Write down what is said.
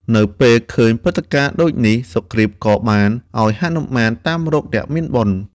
នៅពេលឃើញព្រឹត្តិការណ៍ដូចនេះ សុគ្រីពក៏បាន ឱ្យហនុមានតាមរកអ្នកមានបុណ្យ ។